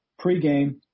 Pregame